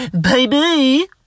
baby